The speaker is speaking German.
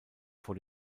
vor